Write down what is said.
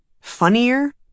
funnier